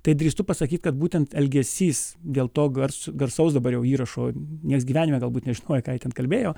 tai drįstu pasakyt kad būtent elgesys dėl to garso garsaus dabar jau įrašo nes gyvenime galbūt nežinojo ką jie ten kalbėjo